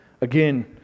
again